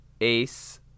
ace